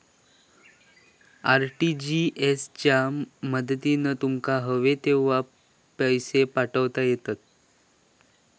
RTGS च्या मदतीन तुमका हवे तेव्हा पैशे पाठवता येतत